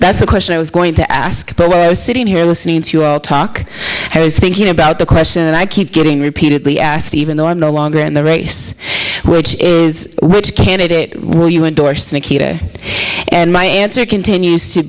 that's the question i was going to ask but when i was sitting here listening to you all talk i was thinking about the question i keep getting repeatedly asked even though i'm no longer in the race which is which candidate will you endorse nikita and my answer continues to